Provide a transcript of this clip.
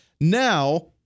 Now